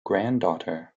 granddaughter